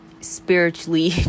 spiritually